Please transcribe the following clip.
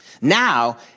Now